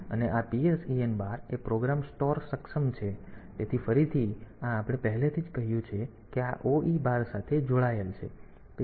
અને આ PSEN bar એ પ્રોગ્રામ સ્ટોર સક્ષમ છે તેથી ફરીથી આ આપણે પહેલેથી જ કહ્યું છે કે આ OE બાર સાથે જોડાયેલ છે